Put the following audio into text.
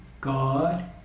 God